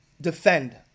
defend